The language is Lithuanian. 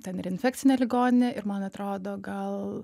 ten ir infekcinė ligoninė ir man atrodo gal